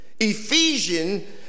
Ephesians